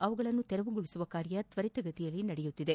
ಅವುಗಳನ್ನು ತೆರವುಗೊಳಿಸುವ ಕಾರ್ಯ ತ್ವರಿತಗತಿಯಲ್ಲಿ ನಡೆಯುತ್ತಿದೆ